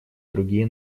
другие